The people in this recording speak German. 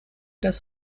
das